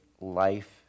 life